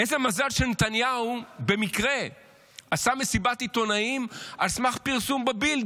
איזה מזל שנתניהו במקרה עשה מסיבת עיתונאים על סמך פרסום בבילד,